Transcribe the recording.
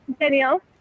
Danielle